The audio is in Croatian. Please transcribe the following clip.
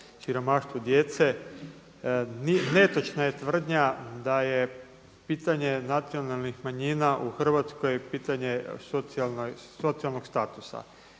siromaštvu djece. Netočna je tvrdnja da je pitanje nacionalnih manjina u Hrvatskoj pitanje socijalnog statusa.